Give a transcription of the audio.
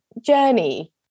journey